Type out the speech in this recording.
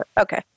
Okay